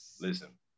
Listen